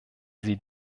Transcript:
sie